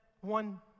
one